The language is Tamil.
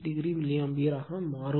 36o மில்லி ஆம்பியர் ஆக மாறும்